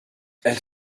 elle